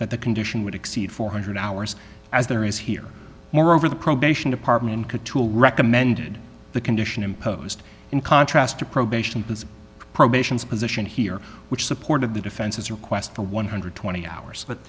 that the condition would exceed four hundred hours as there is here moreover the probation department could tool recommended the condition imposed in contrast to probation because probation is position here which supported the defense's request for one hundred and twenty hours but